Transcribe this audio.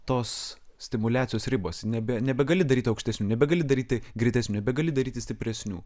tos stimuliacijos ribos nebe nebegali daryti aukštesnių nebegali daryti greitesnių nebegali daryti stipresnių